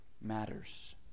matters